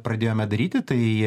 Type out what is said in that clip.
pradėjome daryti tai